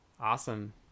Awesome